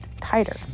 tighter